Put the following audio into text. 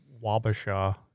Wabasha